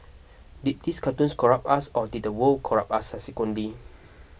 did these cartoons corrupt us or did the world corrupt us subsequently